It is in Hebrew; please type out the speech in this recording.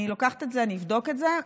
אני לוקחת את זה, אבדוק את זה.